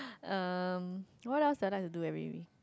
um what else did I like do every week